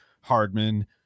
Hardman